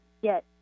yes